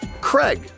Craig